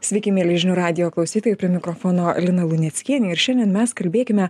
sveiki mieli žinių radijo klausytojai prie mikrofono lina luneckienė ir šiandien mes kalbėkime